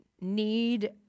need